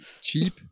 cheap